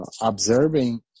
observing